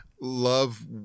Love